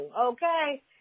okay